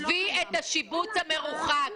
עזבי את השיבוץ המרוחק.